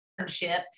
internship